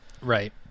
Right